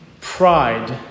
pride